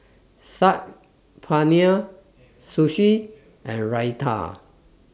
Saag Paneer Sushi and Raita